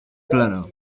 plano